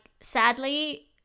sadly